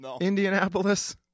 Indianapolis